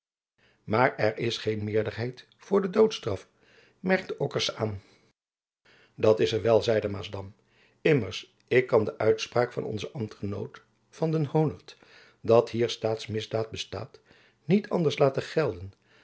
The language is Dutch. maar er is geen meerderheid vr de doodstraf merkte ockerse aan dat is er wel zeide maasdam immers ik kan de uitspraak van onzen ambtgenoot van den honert dat hier staatsmisdaad bestaat niet anders laten gelden